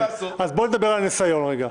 זה הדבר הנכון לעשות,